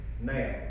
Now